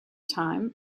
time